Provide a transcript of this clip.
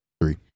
Three